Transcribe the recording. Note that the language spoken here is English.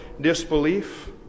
disbelief